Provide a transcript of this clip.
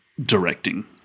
Directing